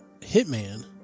hitman